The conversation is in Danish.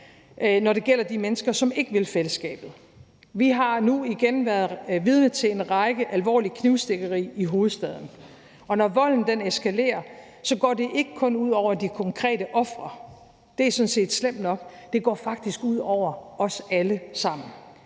når det gælder de mennesker, som ikke vil fællesskabet. Vi har nu igen været vidne til en række alvorlige knivstikkerier i hovedstaden, og når volden eskalerer, går det ikke kun ud over de konkrete ofre, det er sådan set slemt nok, det går faktisk ud over os alle sammen.